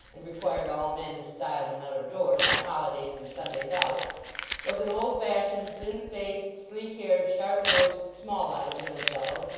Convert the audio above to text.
and required all men to style him out of doors, on holidays, and sundays out was an old-fashioned, thin-faced, sleek-haired, sharp-nosed, small-eyed little fellow,